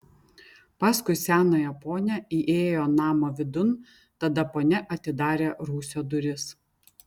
paskui senąją ponią įėjo namo vidun tada ponia atidarė rūsio duris